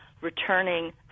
returning